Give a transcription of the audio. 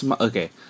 okay